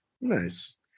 Nice